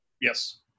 Yes